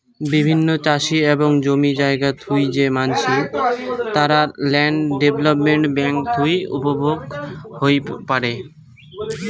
বিভিন্ন চাষি এবং জমি জায়গা থুই যে মানসি, তারা ল্যান্ড ডেভেলপমেন্ট বেঙ্ক থুই উপভোগ হই পারে